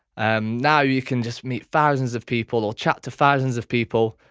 and now you can just meet thousands of people or chat to thousands of people.